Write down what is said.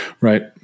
Right